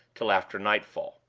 till after nightfall.